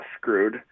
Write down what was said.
screwed